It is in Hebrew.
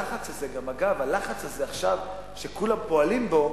אגב, הלחץ הזה שכולם פועלים בו,